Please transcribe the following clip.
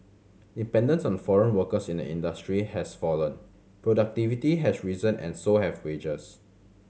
dependence on foreign workers in the industry has fallen productivity has risen and so have wages